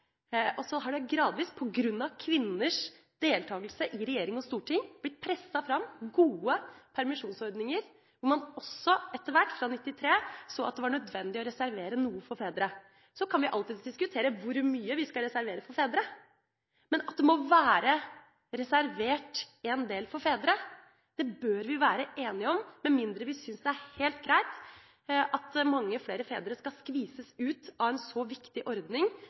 Og så har det gradvis på grunn av kvinners deltakelse i regjering og storting blitt presset fram gode permisjonsordninger, hvor man også etter hvert – fra 1993 – så at det var nødvendig å reservere noe for fedre. Så kan vi alltids diskutere hvor mye vi skal reservere for fedre, men at det må være reservert en del for fedre, bør vi være enige om, med mindre vi syns det er helt greit at mange flere fedre skal skvises ut av en så viktig ordning